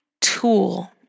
tool